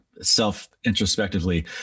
self-introspectively